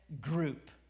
group